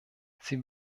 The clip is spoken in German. sie